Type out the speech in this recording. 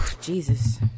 Jesus